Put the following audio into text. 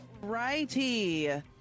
righty